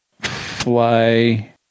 fly